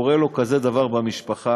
קורה לו כזה דבר במשפחה,